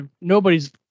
nobody's